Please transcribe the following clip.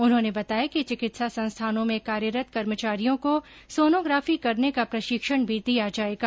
उन्होंने बताया कि चिकित्सा संस्थानों में कार्यरत कर्मचारियों को सोनोग्राफी करने का प्रशिक्षण भी दिया जाएगा